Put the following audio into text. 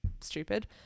stupid